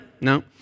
No